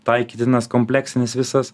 taikytinas kompleksinis visas